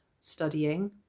studying